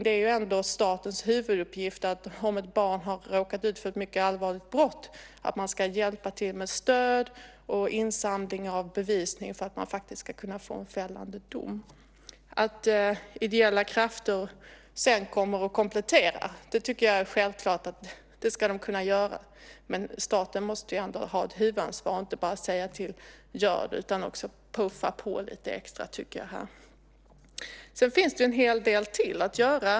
Det är ändå statens huvuduppgift, om ett barn har råkat ut för ett mycket allvarligt brott, att hjälpa till med stöd och insamling av bevisning för att kunna få till stånd en fällande dom. Att ideella krafter sedan kompletterar tycker jag är självklart att de ska kunna göra. Men staten måste ändå ha ett huvudansvar och inte bara säga: Gör det. Man måste också puffa på lite extra här, tycker jag. Sedan finns det en hel del till att göra.